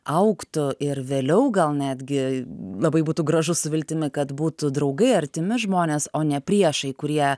augtų ir vėliau gal netgi labai būtų gražu su viltimi kad būtų draugai artimi žmonės o ne priešai kurie